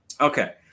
Okay